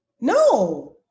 No